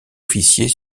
officier